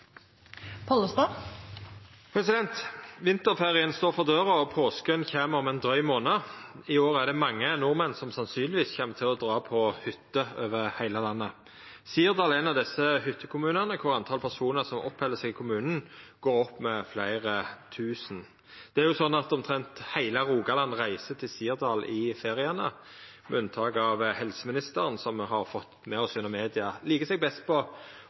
Vinterferien står for døra, og påsken kjem om ein dryg månad. I år er det mange nordmenn som sannsynlegvis kjem til å dra på hytter over heile landet. Sirdal er ein av desse hyttekommunane der talet på personar som oppheld seg i kommunen, går opp med fleire tusen. Det er jo sånn at omtrent heile Rogaland reiser til Sirdal i feriane, med unntak av helseministeren, som me har fått med oss gjennom media liker seg best på